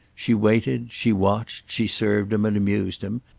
she waited, she watched, she served him and amused him,